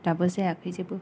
दाबो जायाखै जेबो